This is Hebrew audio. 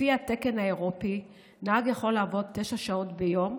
לפי התקן האירופי נהג יכול לעבוד תשע שעות ביום,